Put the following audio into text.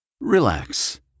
Relax